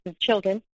children